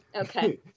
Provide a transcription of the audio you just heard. Okay